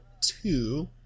two